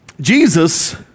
Jesus